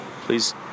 please